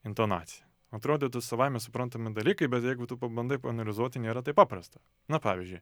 intonaciją atrodytų savaime suprantami dalykai bet jeigu tu pabandai paanalizuot tai nėra taip paprasta na pavyzdžiui